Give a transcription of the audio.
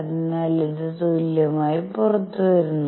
അതിനാൽ ഇത് തുല്യമായി പുറത്തുവരുന്നു